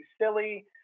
silly